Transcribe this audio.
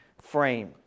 frame